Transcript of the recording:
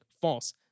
false